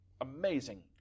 amazing